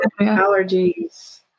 Allergies